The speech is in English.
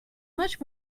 much